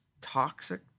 toxic